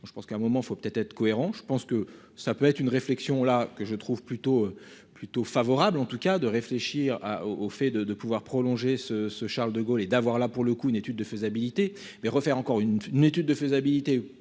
Je pense qu'à un moment il faut être cohérent. Je pense que ça peut être une réflexion là que je trouve plutôt plutôt favorable en tout cas de réfléchir. Ah au fait de de pouvoir prolonger ce ce Charles de Gaulle et d'avoir là pour le coup, une étude de faisabilité mais refaire encore une étude de faisabilité